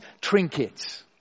trinkets